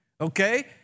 okay